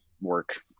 work